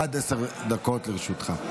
עד עשר דקות לרשותך.